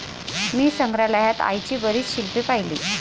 मी संग्रहालयात आईची बरीच शिल्पे पाहिली